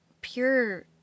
pure